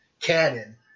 canon